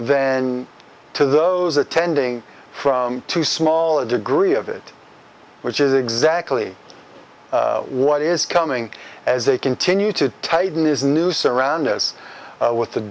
then to those attending from too small a degree of it which is exactly what is coming as they continue to tighten is noose around us with the